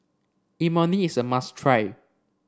Imoni is a must try